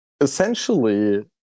Essentially